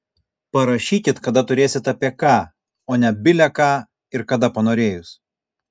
parašykit kada turėsit apie ką o ne bile ką ir kada panorėjus